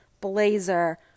blazer